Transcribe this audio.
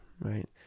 right